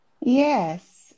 Yes